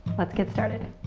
let's get started.